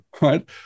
right